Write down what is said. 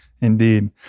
indeed